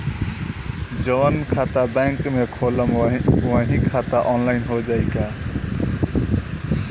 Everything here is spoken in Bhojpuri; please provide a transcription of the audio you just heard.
जवन खाता बैंक में खोलम वही आनलाइन हो जाई का?